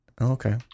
Okay